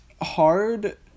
hard